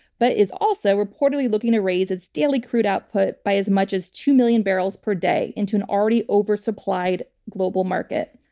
but is also reportedly looking to raise its daily crude output by as many as two million barrels per day into an already oversupplied global market.